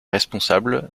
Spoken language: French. responsable